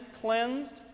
cleansed